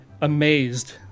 amazed